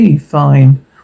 Fine